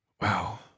Wow